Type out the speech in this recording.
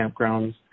campgrounds